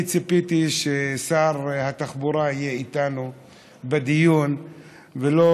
אני ציפיתי ששר התחבורה יהיה איתנו בדיון, ולא